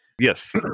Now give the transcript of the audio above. Yes